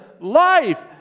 life